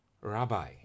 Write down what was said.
rabbi